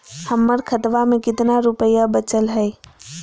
हमर खतवा मे कितना रूपयवा बचल हई?